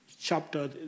chapter